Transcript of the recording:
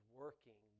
working